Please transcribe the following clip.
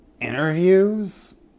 interviews